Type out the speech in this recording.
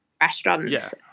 restaurants